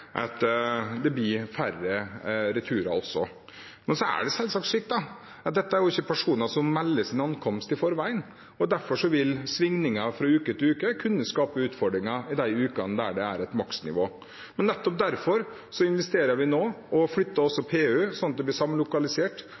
blir færre returer. Men dette er jo ikke personer som melder sin ankomst i forveien, og derfor vil svingninger fra uke til uke kunne skape utfordringer i de ukene det er et maksnivå. Nettopp derfor investerer vi nå og flytter også PU, slik at det blir samlokalisert